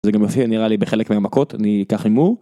זה גם יופיע נראה לי בחלק מהמכות, אני אקח הימור.